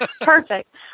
Perfect